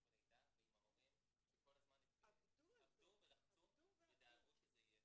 מלידה ועם ההורים שכל הזמן עבדו ולחצו ודאגו שזה יהיה.